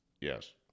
Yes